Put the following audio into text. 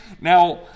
Now